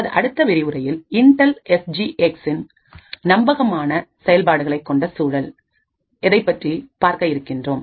நமது அடுத்த விரிவுரையில் இன்டல் எஸ் ஜி எக்ஸ் நம்பகமான செயல்பாடுகளை கொண்ட சூழல் என்பதைப்பற்றி பார்க்க இருக்கின்றோம்